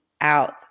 out